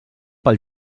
pel